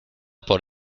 por